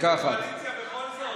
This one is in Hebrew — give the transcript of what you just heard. קואליציה בכל זאת.